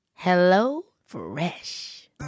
HelloFresh